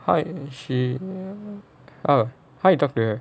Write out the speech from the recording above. how is she oh how you talk to her